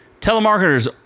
Telemarketers